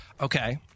Okay